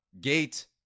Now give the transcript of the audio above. Gate